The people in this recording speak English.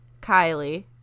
Kylie